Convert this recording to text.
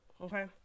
Okay